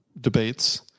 debates